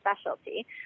specialty